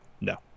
no